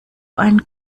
ein